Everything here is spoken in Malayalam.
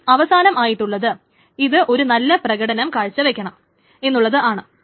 ഇനി അവസാനം ആയിട്ടുള്ളത് ഇത് നല്ല ഒരു പ്രകടനം കാഴ്ചവെക്കണം എന്നുള്ളത് ആണ്